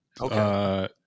Okay